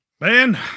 man